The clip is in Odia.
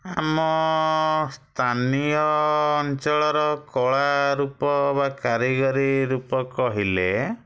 ଆମ ସ୍ଥାନୀୟ ଅଞ୍ଚଳର କଳାରୂପ ବା କାରିଗରୀ ରୂପ କହିଲେ